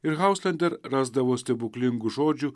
ir hauslender dar rasdavo stebuklingų žodžių